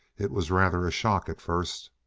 it was rather a shock at first.